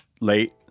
late